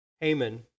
Haman